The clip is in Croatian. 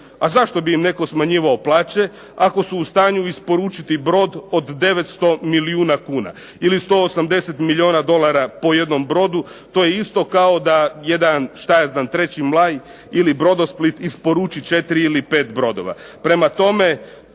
A zašto bi im netko smanjivao plaće ako su u stanju isporučiti brod od 900 milijuna kuna? Ili 180 milijuna dolara po jednom brodu. To je isto kao da jedan šta ja znam "3. maj" ili "Brodosplit" isporuči 4 ili 5 brodova.